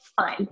Fine